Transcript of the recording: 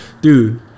Dude